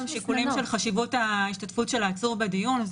שיקולים של חשיבות ההשתתפות של העצור בדיון,